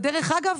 ודרך אגב,